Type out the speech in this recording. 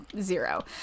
zero